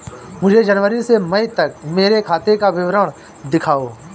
मुझे जनवरी से मई तक मेरे खाते का विवरण दिखाओ?